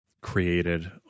created